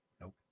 Nope